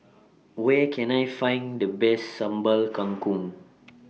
Where Can I Find The Best Sambal Kangkong